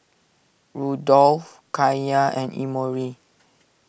Rudolph Kaiya and Emory